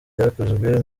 ryakozwe